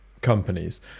companies